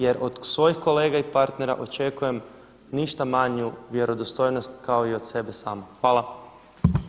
Jer od svojih kolega i partnera očekujem ništa manju vjerodostojnost kao i od sebe samog.